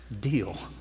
deal